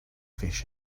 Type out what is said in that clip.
fish